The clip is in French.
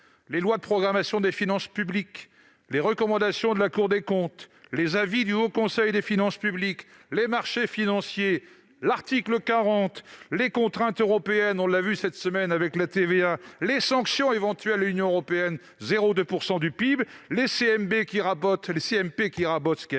les lois de programmation des finances publiques, les recommandations de la Cour des comptes, les avis du Haut Conseil des finances publiques, les marchés financiers, l'article 40 de la Constitution, les contraintes européennes- on l'a vu cette semaine avec la TVA -, les sanctions éventuelles de l'Union européenne- 0,2 % du PIB -, les commissions mixtes